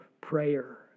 prayer